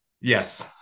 Yes